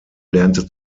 lernte